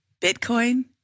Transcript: Bitcoin